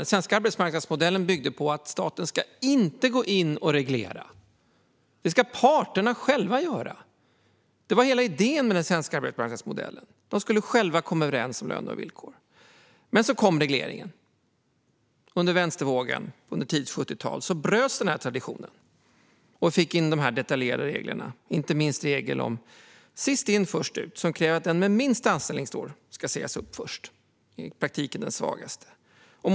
Den svenska arbetsmarknadsmodellen byggde på att staten inte ska gå in och reglera, utan detta ska parterna själva göra. Hela idén med den svenska modellen var att de själva skulle komma överens om löner och villkor. Men så kom regleringen under vänstervågen på det tidiga 70-talet, då denna tradition bröts. Vi fick in detaljerade regler, inte minst regeln om sist in, först ut, som krävde att den som har minst antal anställningsår, i praktiken den svagaste, ska sägas upp först.